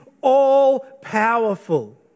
all-powerful